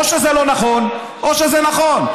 או שזה לא נכון או שזה נכון.